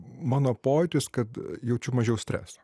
mano pojūtis kad jaučiu mažiau streso